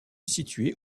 située